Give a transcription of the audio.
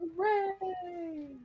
Hooray